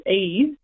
ease